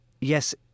yes